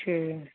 ਠੀਕ